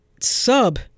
sub